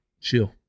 chill